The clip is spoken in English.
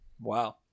Wow